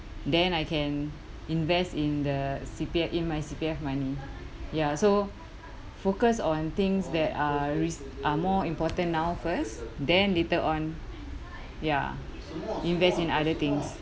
then I can invest in the C_P_F in my C_P_F money ya so focus on things that are risk are more important now first then later on ya invest in other things